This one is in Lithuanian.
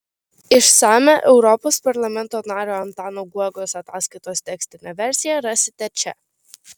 išsamią europos parlamento nario antano guogos ataskaitos tekstinę versiją rasite čia